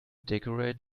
decorate